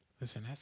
Listen